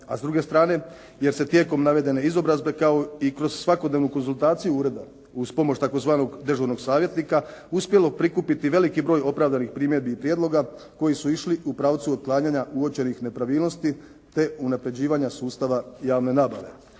A s druge strane, jer se tijekom navedene izobrazbe kao i kroz svakodnevnu konzultaciju ureda uz pomoć tzv. dežurnog savjetnika uspjelo prikupiti veliki broj opravdanih primjedbi i prijedloga koji su išli u pravcu otklanjanja uočenih nepravilnosti te unapređivanja sustava javne nabave.